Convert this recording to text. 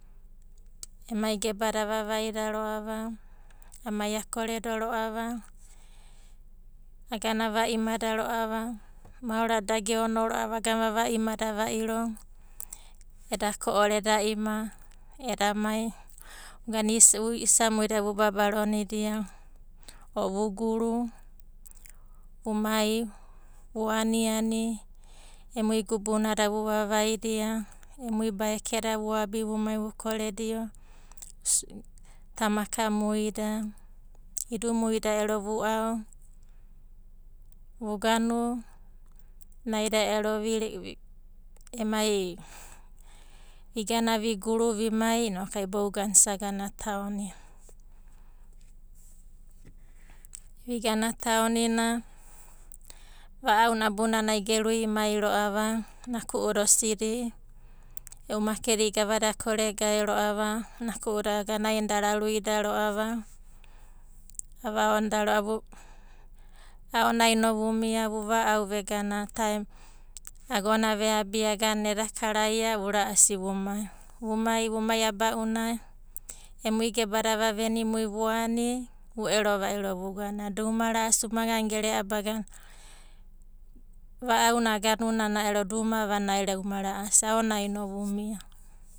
Emai gebada avavaida ro'ava amai akoredo ro'ava, aga ava imada ro'ava, maorada da geonoro'ava, vagana vava imada va'iro, eda ko'ore, eda ima, eda mai, vugana isamuida vubabaro o vuguru, vumai vuaniani, emui gubunada vuvavaidia, emui baeke da vaabi vumai vukuredio, tamaka muida, idumuida ero vu'ao. naida ero vigana viguru vimai inoku ai bouganai isagana taonina. hesitaton vigana taonina va'auna abunanai ge ruimai ro'ava, naku'uda osidi. E'u makedi da gavadada a koregae ro'ava, nuku'u da aganainida oruida ro'ava, avaonoda ro'ava. Aonai no vumia vu va'au vegana taem, agona veabia eda karaia inoku vumai. Vumai aba'unai emui gebada vavenimui vuani, vu ero va'iro vugana. Da uma ra'asi umaga gere'a baganai, va'auna ero da uma ra'asi. Aonai no vumia.